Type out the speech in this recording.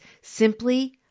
simply